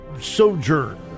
sojourn